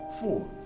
Four